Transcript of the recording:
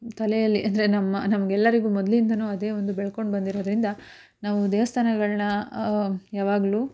ತಲೆಯಲ್ಲಿ ಅಂದರೆ ನಮ್ಮ ನಮಗೆಲ್ಲರಿಗೂ ಮೊದಲಿಂದಲೂ ಅದೇ ಒಂದು ಬೆಳ್ಕೊಂಡು ಬಂದಿರೋದರಿಂದ ನಾವು ದೇವಸ್ಥಾನಗಳ್ನ ಯಾವಾಗ್ಲೂ